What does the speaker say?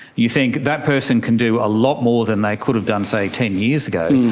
you think, that person can do a lot more than they could have done say ten years ago.